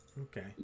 okay